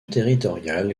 territoriale